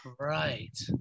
Right